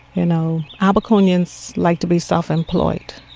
you know abaconians like to be self employed.